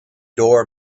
door